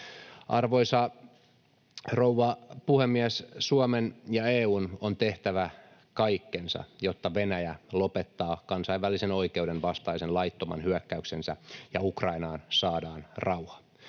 Arvoisa rouva puhemies! Suomen ja EU:n on tehtävä kaikkensa, jotta Venäjä lopettaa kansainvälisen oikeuden vastaisen laittoman hyökkäyksensä ja Ukrainaan saadaan rauha.